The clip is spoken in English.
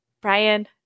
Brian